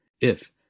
if